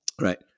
Right